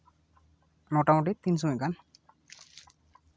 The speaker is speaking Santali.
ᱢᱳᱴᱟᱢᱩᱴᱤ ᱛᱤᱱ ᱥᱚᱢᱚᱭ ᱜᱟᱱ